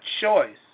choice